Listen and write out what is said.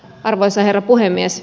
arvoisa herra puhemies